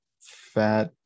fat